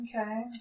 Okay